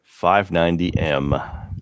590M